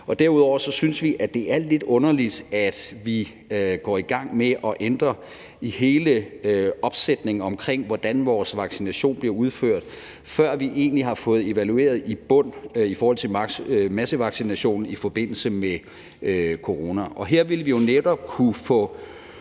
Derudover synes vi, at det er lidt underligt, at vi går i gang med at ændre i hele opsætningen omkring, hvordan vores vaccinationer bliver udført, før vi egentlig har fået evalueret det i bund i forhold til massevaccinationen i forbindelse med corona, og her ville vi jo netop kunne få